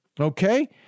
okay